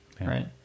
right